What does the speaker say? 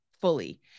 fully